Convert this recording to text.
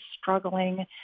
struggling